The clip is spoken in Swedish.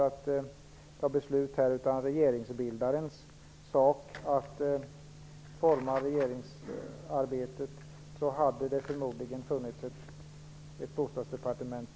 Jag har sagt att det förmodligen hade funnits ett bostadsdepartement om Centern hade haft regeringsansvaret och varit regeringsbildare.